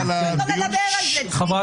אף אחד לא מדבר על זה, צביקה.